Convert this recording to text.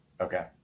Okay